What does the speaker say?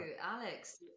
Alex